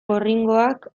gorringoak